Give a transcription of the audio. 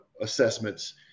assessments